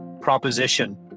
proposition